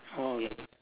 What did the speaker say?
okay